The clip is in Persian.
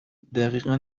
دقیقا